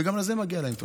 וגם על זה מגיעה להם תודה.